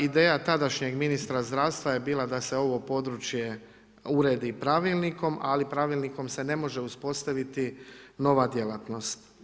Ideja tadašnjeg ministra zdravstva je bila da se ovo područje uredi pravilnikom, ali pravilnikom se ne može uspostaviti nova djelatnost.